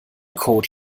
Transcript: code